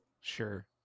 sure